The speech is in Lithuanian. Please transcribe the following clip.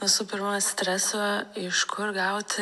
visų pirma streso iš kur gauti